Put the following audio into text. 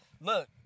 look